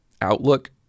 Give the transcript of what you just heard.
outlook